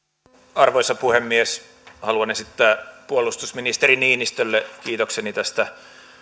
arvoisa puhemies haluan esittää puolustusministeri niinistölle kiitokseni tästä